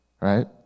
Right